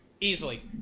Easily